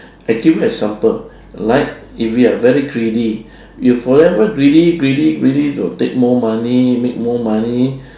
I give you example like if we are very greedy you forever greedy greedy greedy you take more money make more money